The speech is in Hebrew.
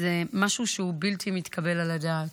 זה משהו בלתי מתקבל על הדעת.